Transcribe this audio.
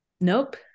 nope